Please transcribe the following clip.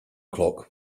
clock